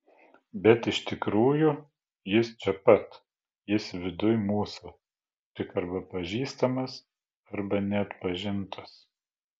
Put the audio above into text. bet iš tikrųjų jis čia pat jis viduj mūsų tik arba pažįstamas arba neatpažintas